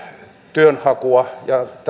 työnhakuakin